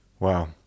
Wow